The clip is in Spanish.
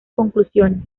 conclusiones